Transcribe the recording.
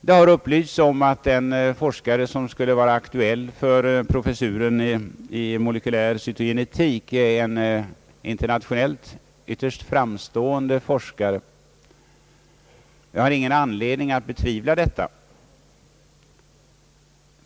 Det har upplysts att den forskare som skulle vara aktuell för professuren 1 molekylär cytogenetik är en internationelit ytterst framstående forskare. Jag har ingen anledning att betvivla detta.